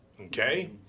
okay